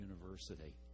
University